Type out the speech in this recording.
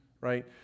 right